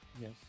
yes